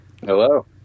Hello